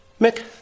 Mick